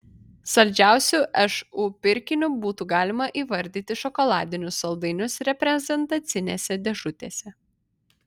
saldžiausiu šu pirkiniu būtų galima įvardyti šokoladinius saldainius reprezentacinėse dėžutėse